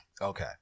Okay